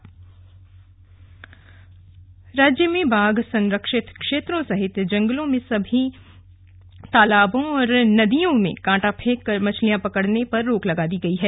रोक राज्य में बाघ संरक्षित क्षेत्रों सहित जंगलों में स्थित तालाबों और नदियों में कांटा फेंककर मछलियां पकड़ने पर रोक लगा दी गई है